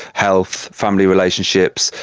health, family relationships,